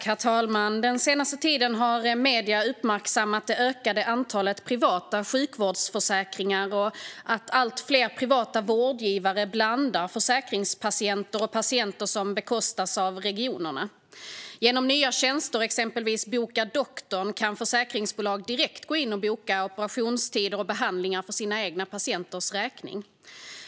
Herr talman! Den senaste tiden har medierna uppmärksammat det ökade antalet privata sjukvårdsförsäkringar och att allt fler privata vårdgivare blandar försäkringspatienter och patienter som bekostas av regionerna. Genom nya tjänster, exempelvis Boka Doktorn, kan försäkringsbolag direkt gå in och boka operationstider och behandlingar för sina egna patienters räkning.